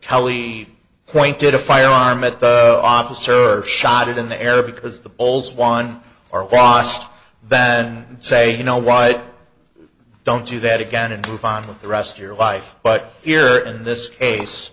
kelly pointed a firearm at the officer or shot it in the air because the polls won or lost then say you know why i don't do that again and move on with the rest of your life but here in this case